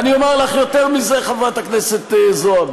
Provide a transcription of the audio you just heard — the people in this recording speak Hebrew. ואני אומר לך יותר מזה, חברת הכנסת זועבי: